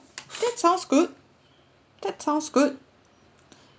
that sounds good that sounds good